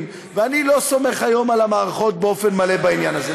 ואני לא סומך היום על המערכות באופן מלא בעניין הזה.